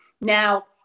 Now